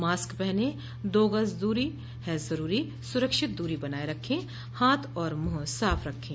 mask पहनें दो गज दूरी है जरूरी सुरक्षित दूरी बनाए रखें हाथ और मुंह साफ रखें